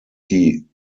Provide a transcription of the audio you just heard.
die